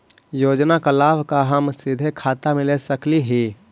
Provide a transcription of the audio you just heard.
योजना का लाभ का हम सीधे खाता में ले सकली ही?